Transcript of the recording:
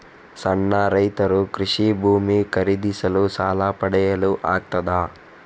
ಸಣ್ಣ ರೈತರು ಕೃಷಿ ಭೂಮಿ ಖರೀದಿಸಲು ಸಾಲ ಪಡೆಯಲು ಆಗ್ತದ?